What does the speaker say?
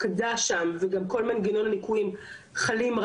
חלים רק החל משכר חודש נובמבר 2016,